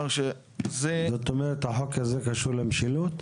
זאת אומרת, החוק הזה קשור למשילות?